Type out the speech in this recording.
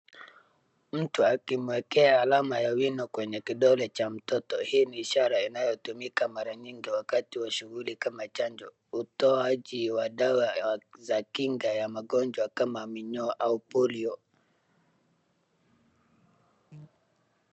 Mtu akimwekea alama ya wino kwenye kidole cha mtoto . Hii ni ishara inayotumika mara nyingi wakati wa shughuli kama chanjo , utoaji wa dawa za kinga ya magonjwa kama minyoo au polio.